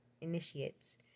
initiates